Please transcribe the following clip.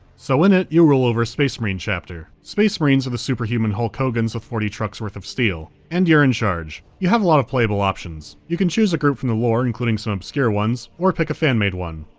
so, in it, you rule over a space marine chapter. space marines are the superhuman hulk hogans with forty trucks worth of steel. and you're in charge. you have a lot of playable options. you can choose a group from the lore including some obscure ones, or pick a fan-made one.